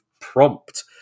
prompt